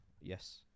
Yes